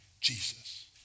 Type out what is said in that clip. Jesus